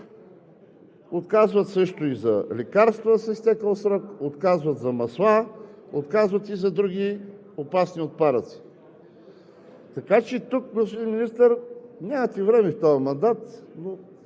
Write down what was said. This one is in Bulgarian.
Отказват също и за лекарства с изтекъл срок, отказват за масла, отказват и за други опасни отпадъци. Така че тук, господин Министър, нямате време в този мандат, но